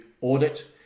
audit